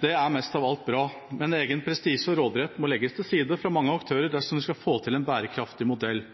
Det er mest av alt bra, men egen prestisje og råderett må legges til side fra mange aktører dersom vi skal få til en bærekraftig modell.